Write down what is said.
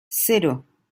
cero